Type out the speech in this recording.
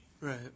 Right